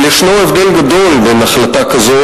אבל יש הבדל גדול בין החלטה כזו,